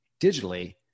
digitally